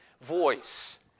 voice